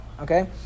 Okay